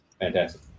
Fantastic